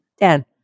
Dan